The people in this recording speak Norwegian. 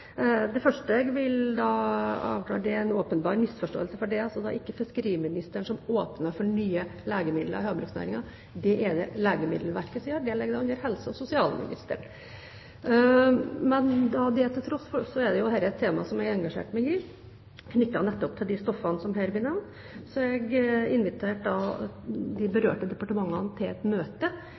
Det første jeg vil avklare, er en åpenbar misforståelse. Det er ikke fiskeriministeren som åpner for nye legemidler i havbruksnæringen, det er det Legemiddelverket som gjør, og det ligger under helse- og omsorgsministeren. Det til tross er dette et tema som jeg har engasjert meg i, knyttet nettopp til de stoffene som her ble nevnt. Jeg inviterte de berørte departementene til et møte